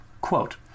Quote